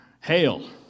Hail